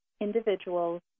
individuals